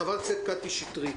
חברת הכנסת קטי שטרית.